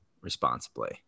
responsibly